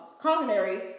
culinary